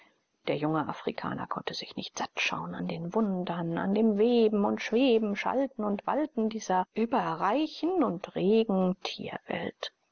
der junge afrikaner konnte sich nicht satt schauen an den wundern an dem weben und schweben schalten und walten dieser überreichen und regen tierwelt